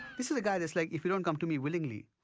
this is a guy that's like, if you don't come to me willingly,